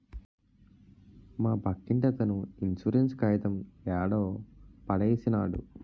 మా పక్కింటతను ఇన్సూరెన్స్ కాయితం యాడో పడేసినాడు